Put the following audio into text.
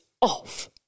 off